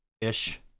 Ish